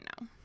now